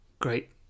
great